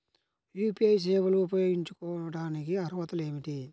UPI సేవలు ఉపయోగించుకోటానికి అర్హతలు ఏమిటీ?